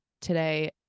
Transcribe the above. today